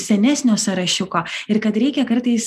senesnio sąrašiuko ir kad reikia kartais